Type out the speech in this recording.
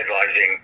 advising